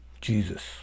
Jesus